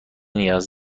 نیاز